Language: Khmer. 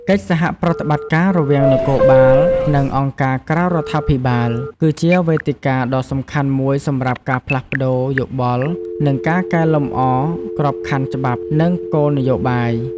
កិច្ចសហប្រតិបត្តិការរវាងនគរបាល និងអង្គការក្រៅរដ្ឋាភិបាល គឺជាវេទិកាដ៏សំខាន់មួយសម្រាប់ការផ្លាស់ប្ដូរយោបល់ និងការកែលម្អក្របខណ្ឌច្បាប់ និងគោលនយោបាយ។